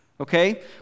Okay